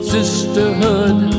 Sisterhood